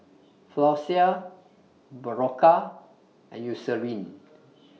Floxia Berocca and Eucerin